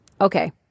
Okay